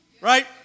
right